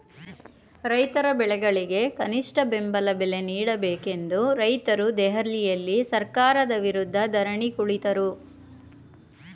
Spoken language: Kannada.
ರೈತರ ಬೆಳೆಗಳಿಗೆ ಕನಿಷ್ಠ ಬೆಂಬಲ ಬೆಲೆ ನೀಡಬೇಕೆಂದು ರೈತ್ರು ದೆಹಲಿಯಲ್ಲಿ ಸರ್ಕಾರದ ವಿರುದ್ಧ ಧರಣಿ ಕೂತರು